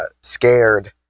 scared